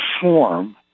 form